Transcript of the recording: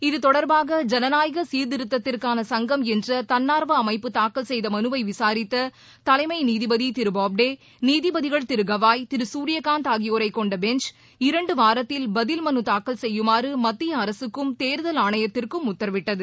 இதுதொடர்பாக ஜனநாயக சீர்திருத்தத்திற்கான சங்கம் என்ற தன்னார்வ அமைப்பு தாக்கல் செய்த விசாரித்த நீதிபதி மனுவை தலைமை திரு போப்டே நீதிபதிகள் திரு கவாளி திரு சூர்யகாந்த் ஆகியோரை கொண்ட பெஞ்ச் இரண்டு வாரத்தில் பதில் மனு தாக்கல் செய்யுமாறு மத்திய அரசுக்கும் தேர்தல் ஆணையத்திற்கும் உத்தரவிட்டது